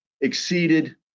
exceeded